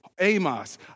Amos